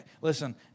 Listen